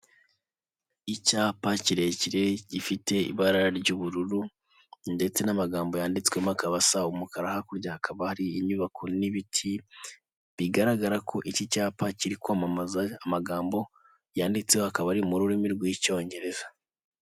Icyapa kirekire gifite ibara ry'ubururu ndetse n'amagambo yanditswemo akaba asa umukara hakurya hakaba hari inyubako n'ibiti, bigaragara ko iki cyapa kiri kwamamaza, amagambo yanditseho akaba ari mu rurimi rw'icyongereza.